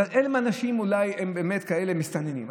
אבל הם אולי באמת מסתננים.